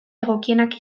egokienak